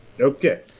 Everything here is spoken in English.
Okay